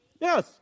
Yes